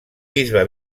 bisbe